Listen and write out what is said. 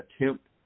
attempt